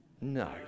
No